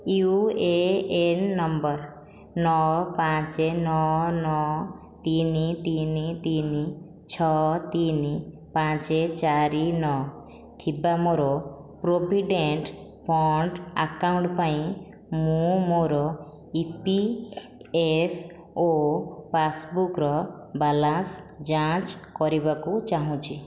you A N number ନଅ ପାଞ୍ଚେ ନଅ ନଅ ତିନି ତିନି ତିନି ଛଅ ତିନି ପାଞ୍ଚେ ଚାରି ନଅ ଥିବା ମୋର ପ୍ରୋଭିଡେଣ୍ଟ୍ ଫଣ୍ଡ୍ ଆକାଉଣ୍ଟ୍ ପାଇଁ ମୁଁ ମୋର ଇ ପି ଏଫ୍ ଓ ପାସ୍ବୁକ୍ର ବାଲାନ୍ସ ଯାଞ୍ଚ କରିବାକୁ ଚାହୁଁଛି